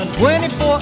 24